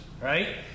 right